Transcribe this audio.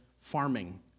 farming